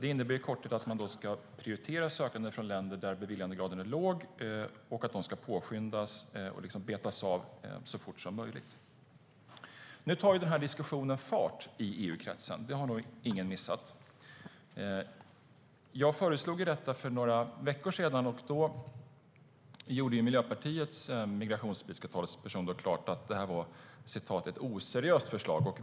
Det innebär i korthet att man prioriterar sökande från länder där beviljandegraden är låg och att dessa fall ska påskyndas och betas av så fort som möjligt. Nu har den här diskussionen tagit fart i EU-kretsen; det har nog ingen missat. Jag föreslog det här för några veckor sedan, och då uttalade Miljöpartiets migrationspolitiska talesperson att detta var "ett oseriöst förslag".